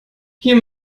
hier